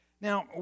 Now